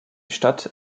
stadt